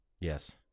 Yes